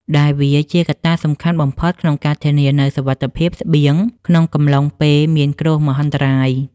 ដែលវាជាកត្តាសំខាន់បំផុតក្នុងការធានានូវសន្តិសុខស្បៀងក្នុងកំឡុងពេលគ្រោះមហន្តរាយ។